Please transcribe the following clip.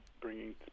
bringing